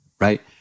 right